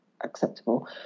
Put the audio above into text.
acceptable